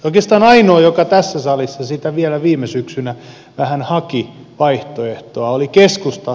oikeastaan ainoa joka tässä salissa sille vielä viime syksynä vähän haki vaihtoehtoa oli keskusta